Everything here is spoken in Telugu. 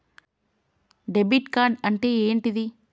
డెబిట్ కార్డ్ అంటే ఏంటిది?